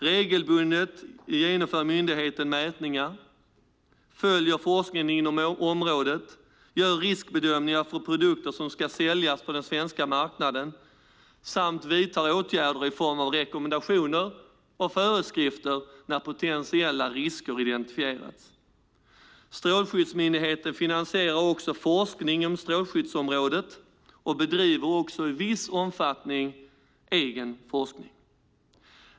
Myndigheten genomför regelbundet mätningar, följer forskningen inom området, gör riskbedömningar för produkter som ska säljas på den svenska marknaden samt vidtar åtgärder i form av rekommendationer och föreskrifter när potentiella risker identifierats. Strålsäkerhetsmyndigheten finansierar också forskning inom strålskyddsområdet och bedriver i viss omfattning egen forskning.